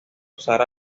sara